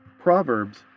Proverbs